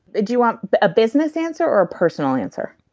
ah do you want a business answer or a personal answer?